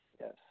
Yes